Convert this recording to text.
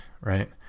right